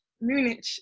Munich